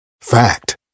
Fact